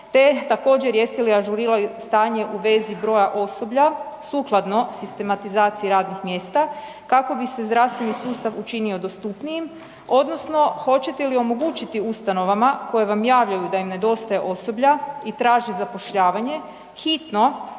te također jeste li ažurirali stanje u vezi broja osoblja sustavno sistematizaciji radnih mjesta kako bi se zdravstveni sustav učinio dostupnijim, odnosno hoćete li omogućiti ustanovama koje vam javljaju da im nedostaje osoblja i traži zapošljavanje hitno